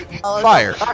fire